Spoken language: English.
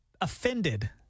offended